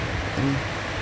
mm